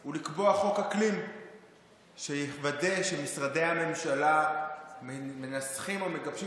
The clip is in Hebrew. הוא לקבוע חוק אקלים שיוודא שמשרדי הממשלה מנסחים או מגבשים